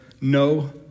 no